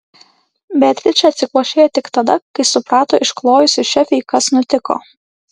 beatričė atsikvošėjo tik tada kai suprato išklojusi šefei kas nutiko